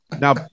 Now